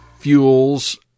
fuels